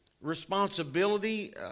responsibility